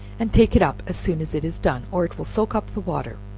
and take it up as soon as it is done, or it will soak up the water